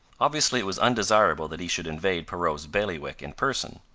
obviously it was undesirable that he should invade perrot's bailiwick in person.